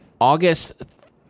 August